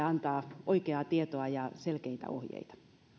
antaa oikeaa tietoa ja selkeitä ohjeita